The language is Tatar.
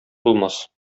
булмас